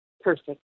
Perfect